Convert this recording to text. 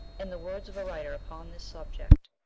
in the words of a writer upon this subject,